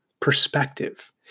perspective